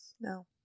No